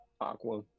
Aqua